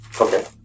Okay